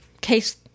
case